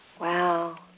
Wow